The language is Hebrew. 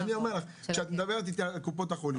אני לא סתם אמרתי שצריך לדון על ביטול הקאפ מתי שהוא,